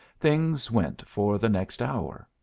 things went for the next hour.